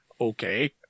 okay